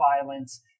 violence